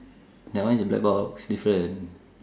that one is black box different